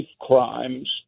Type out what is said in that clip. crimes